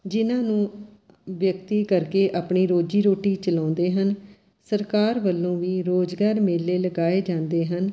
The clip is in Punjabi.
ਜਿਨ੍ਹਾਂ ਨੂੰ ਵਿਅਕਤੀ ਕਰਕੇ ਆਪਣੀ ਰੋਜ਼ੀ ਰੋਟੀ ਚਲਾਉਂਦੇ ਹਨ ਸਰਕਾਰ ਵੱਲੋਂ ਵੀ ਰੁਜ਼ਗਾਰ ਮੇਲੇ ਲਗਾਏ ਜਾਂਦੇ ਹਨ